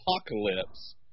Apocalypse